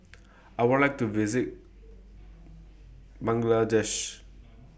I Would like to visit Bangladesh